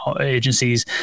agencies